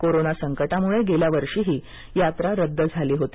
corona संकटामुळे गेल्या वर्षीही यात्रा रद्द झाली होती